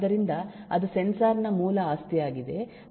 ಆದ್ದರಿಂದ ಅದು ಸೆನ್ಸಾರ್ ನ ಮೂಲ ಆಸ್ತಿಯಾಗಿದೆ